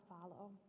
follow